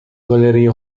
گالری